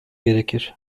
gerekir